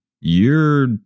You're